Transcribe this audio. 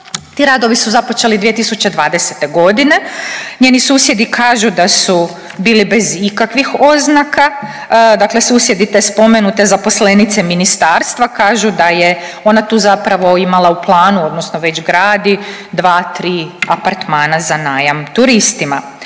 Ti radovi su započeli 2020. godine. Njeni susjedi kažu da su bili bez ikakvih oznaka. Dakle, susjedi te spomenute zaposlenice ministarstva kažu da je ona tu zapravo imala u planu, odnosno već gradi 2, tri apartmana za najam turistima.